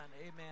Amen